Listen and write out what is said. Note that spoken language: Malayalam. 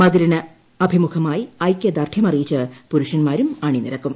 മതിലിന് അഭിമുഖമായി ഐക്യദാർഡ്യമറിയിച്ച് പുരുഷൻമാരും അണി നിരക്കും